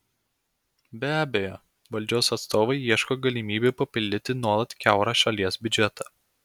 be abejo valdžios atstovai ieško galimybių papildyti nuolat kiaurą šalies biudžetą